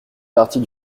partie